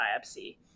biopsy